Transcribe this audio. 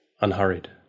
unhurried